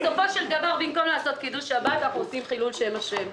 בסופו של דבר במקום לעשות קידוש שבת אנחנו עושים חילול שם השם.